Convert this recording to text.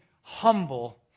humble